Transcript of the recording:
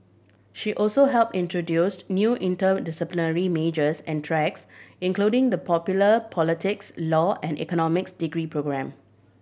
she also help introduce new interdisciplinary majors and tracks including the popular politics law and economics degree programme